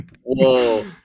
Whoa